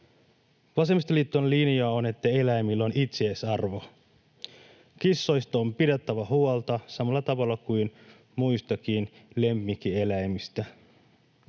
Vasemmistoliiton linja on, että eläimillä on itseisarvo. Kissoista on pidettävä huolta samalla tavalla kuin muistakin lemmikkieläimistä.